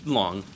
long